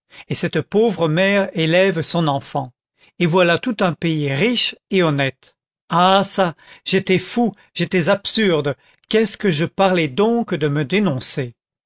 et cette pauvre mère élève son enfant et voilà tout un pays riche et honnête ah çà j'étais fou j'étais absurde qu'est-ce que je parlais donc de me dénoncer